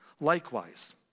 likewise